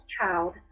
child